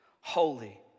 holy